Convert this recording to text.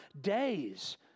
days